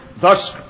thus